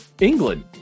England